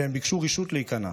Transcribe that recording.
והם ביקשו רשות להיכנע,